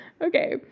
Okay